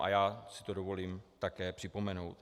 A já si to dovolím také připomenout.